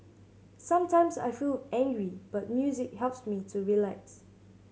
sometimes I feel angry but music helps me to relax